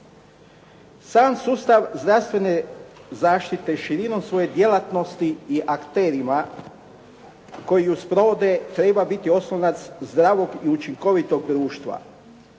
Sam sustav zdravstvene zaštite širinom svoje djelatnosti i akterima koji ju sprovode treba biti oslonac zdravog i učinkovitog društva.